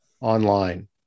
online